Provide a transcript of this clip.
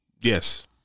Yes